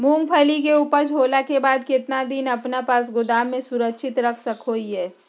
मूंगफली के ऊपज होला के बाद कितना दिन अपना पास गोदाम में सुरक्षित रख सको हीयय?